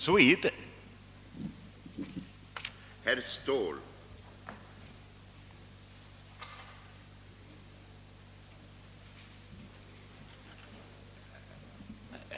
Så ligger det till med den saken.